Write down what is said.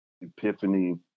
epiphany